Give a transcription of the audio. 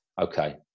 okay